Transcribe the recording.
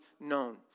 known